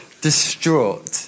distraught